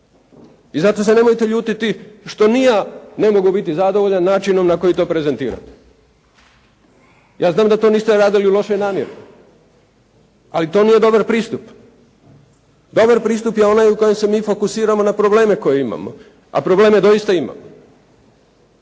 i zato se nemojte ljutiti što ni ja ne mogu biti zadovoljan načinom na koji to prezentirate. Ja znam da to niste radili u lošoj namjeri, ali to nije dobar pristup. Dobar pristup je onaj u kojem se mi fokusiramo na probleme koje imamo, a probleme doista imamo.